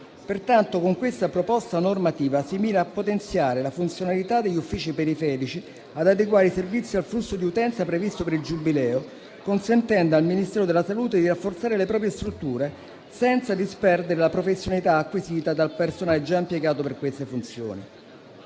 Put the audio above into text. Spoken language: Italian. Pertanto, con questa proposta normativa, si mira a potenziare la funzionalità degli uffici periferici, ad adeguare i servizi al flusso di utenza previsto per il Giubileo, consentendo al Ministero della salute di rafforzare le proprie strutture senza disperdere la professionalità acquisita dal personale già impiegato per queste funzioni.